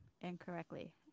incorrectly